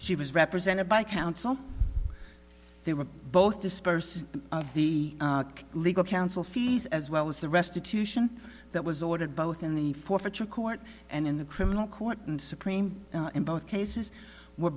she was represented by counsel they were both disperses of the legal counsel fees as well as the restitution that was ordered both in the forfeiture court and in the criminal court and supreme in both cases were